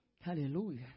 Hallelujah